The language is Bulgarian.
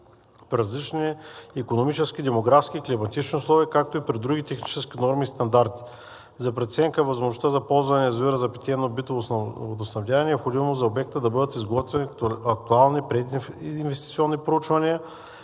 при различни икономически, демографски и климатични условия, както и при други технически норми и стандарти. За преценка на възможността за ползване на язовира за питейно-битово водоснабдяване е необходимо за обекта да бъдат изготвени актуални прединвестиционни проучвания